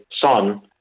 son